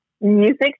Music